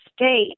state